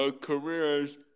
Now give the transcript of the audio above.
careers